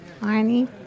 Arnie